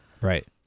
right